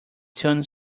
tune